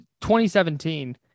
2017